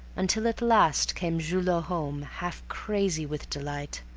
until at last came julot home, half crazy with delight.